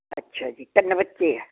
ਅੱਛਾ ਜੀ ਤਿੰਨ ਬੱਚੇ ਆ